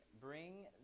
Bring